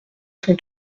son